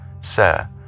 Sir